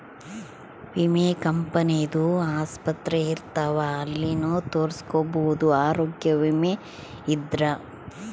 ವಿಮೆ ಕಂಪನಿ ದು ಆಸ್ಪತ್ರೆ ಇರ್ತಾವ ಅಲ್ಲಿನು ತೊರಸ್ಕೊಬೋದು ಆರೋಗ್ಯ ವಿಮೆ ಇದ್ರ